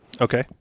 Okay